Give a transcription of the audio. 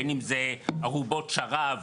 בין אם זה ארובות שרב,